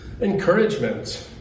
encouragement